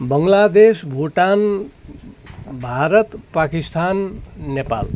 Bangladesh Bhutan Bharat Pakistan Nepal